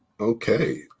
okay